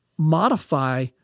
modify